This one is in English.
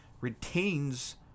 retains